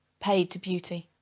paid to beauty.